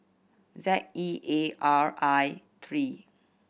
Z E A R I three